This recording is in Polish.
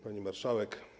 Pani Marszałek!